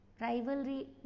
rivalry